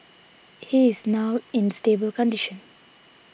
he is now in stable condition